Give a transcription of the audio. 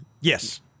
Yes